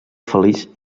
feliç